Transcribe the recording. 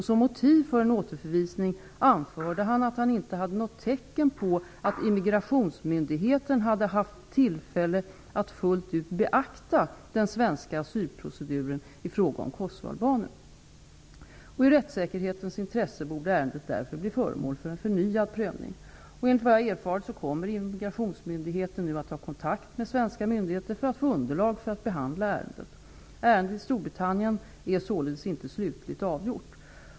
Som motiv för en återförvisning anförde han att han inte hade något tecken på att immigrationsmyndigheten hade haft tillfälle att fullt ut beakta den svenska asylproceduren i fråga om kosovoalbaner. I rättssäkerhetens intresse borde ärendet därför bli föremål för en förnyad prövning. Enligt vad jag erfarit kommer immigrationsmyndigheten nu att ta kontakt med svenska myndigheter för att få underlag för att behandla ärendet. Ärendet i Storbritannien är således inte slutligt avgjort.